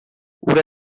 hura